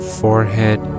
forehead